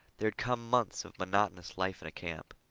there had come months of monotonous life in a camp.